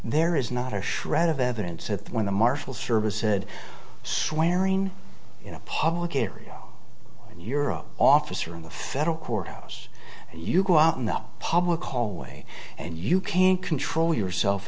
there is not a shred of evidence that when the marshal service said swearing in a public area europe officer in the federal courthouse and you go out in the public hallway and you can't control yourself